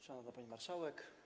Szanowna Pani Marszałek!